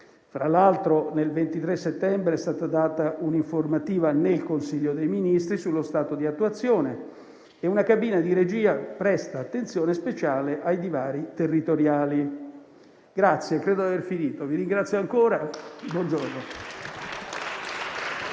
Tra l'altro, il 23 settembre è stata data un'informativa nel Consiglio dei ministri sullo stato di attuazione e una cabina di regia presta attenzione speciale ai divari territoriali. Credo di aver terminato e vi ringrazio ancora.